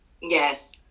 yes